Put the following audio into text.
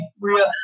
real